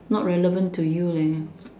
not relevant to you leh